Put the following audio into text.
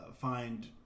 find